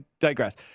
digress